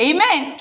Amen